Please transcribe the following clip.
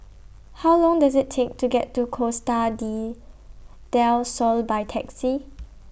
How Long Does IT Take to get to Costa D Del Sol By Taxi